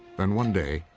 then one day,